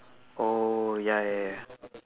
oh ya ya ya